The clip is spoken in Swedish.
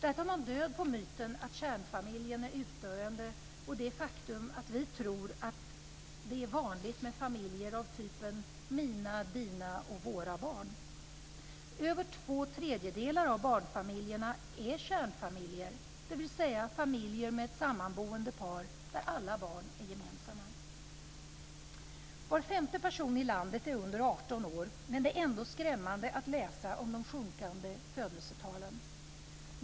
Där tar man död på myten att kärnfamiljen är utdöende och det faktum att vi tror att det är vanligt med familjer av typen: mina, dina och våra barn. Över två tredjedelar av barnfamiljerna är kärnfamiljer, dvs. familjer med ett sammanboende par där alla barn är gemensamma. Var femte person i landet är under 18 år, men det är ändå skrämmande att läsa om de sjunkande födelsetalen.